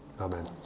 Amen